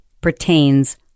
pertains